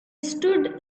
stood